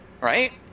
Right